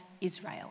Israel